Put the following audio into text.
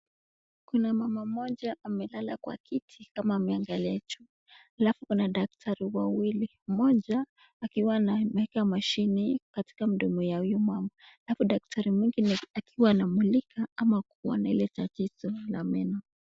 Kuna mama mmoja amelala kwa kiti kama ameangalia juu, alafu kuna daktari wawili. Mmoja akiwa ameeka mashini katika mdomo ya huyu mama, alafu daktari mwingine akiwa anamulika ama kuona tatizo ya hiyo meno.